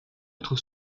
autre